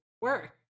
work